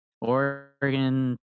Oregon